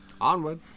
Onward